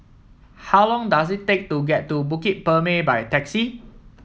how long does it take to get to Bukit Purmei by taxi